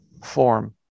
form